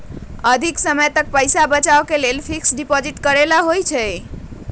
अधिक समय तक पईसा बचाव के लिए फिक्स डिपॉजिट करेला होयई?